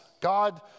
God